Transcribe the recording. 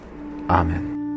Amen